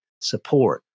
support